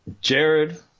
Jared